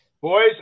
Boys